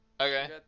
Okay